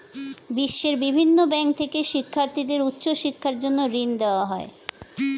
বিশ্বের বিভিন্ন ব্যাংক থেকে শিক্ষার্থীদের উচ্চ শিক্ষার জন্য ঋণ দেওয়া হয়